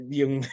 yung